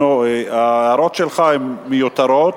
ההערות שלך הן מיותרות,